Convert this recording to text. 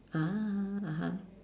ah (uh huh)